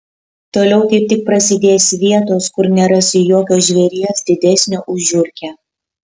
toliau kaip tik prasidės vietos kur nerasi jokio žvėries didesnio už žiurkę